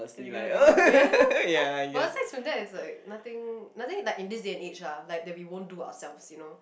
ya but beside from that it's like nothing nothing like in this day and age lah like that we don't do ourselves you know